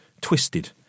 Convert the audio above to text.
twisted